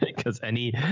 but cause any, you